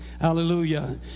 hallelujah